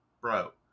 bro